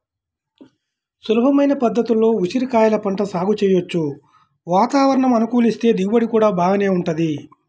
సులభమైన పద్ధతుల్లో ఉసిరికాయల పంట సాగు చెయ్యొచ్చు, వాతావరణం అనుకూలిస్తే దిగుబడి గూడా బాగానే వుంటది